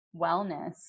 wellness